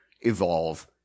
evolve